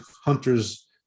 hunter's